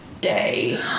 day